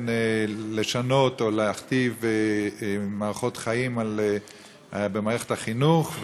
לשנות או להכתיב מערכות חיים במערכת החינוך.